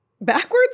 backwards